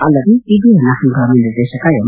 ಅಲ್ಲದೆ ಸಿಬಿಐನ ಹಂಗಾಮಿ ನಿರ್ದೇಶಕ ಎಂ